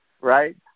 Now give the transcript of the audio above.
right